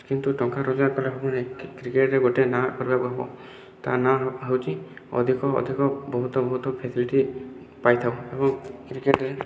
କିନ୍ତୁ ଟଙ୍କା ରୋଜଗାର କରିବା ପରେ କ୍ରିକେଟରେ ଗୋଟେ ନାଁ କରିବାକୁ ହେବ ତା ନାଁ ହେଉଛି ଅଧିକ ଅଧିକ ବହୁତ ବହୁତ ଫ୍ୟାସିଲିଟି ପାଇଥାଉ ଏବଂ କ୍ରିକେଟ